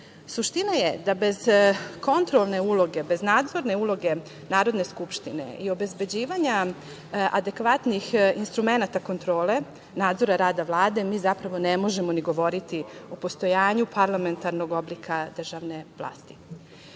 je da bez kontrolne uloge, bez nadzorne uloge Narodne skupštine i obezbeđivanja adekvatnih instrumenata kontrole, nadzora rada Vlade, mi zapravo ne možemo ni govoriti o postojanju parlamentarnog oblika državne vlasti. Redovna